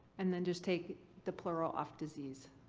and then just take the plural off disease,